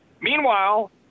Meanwhile